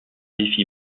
défi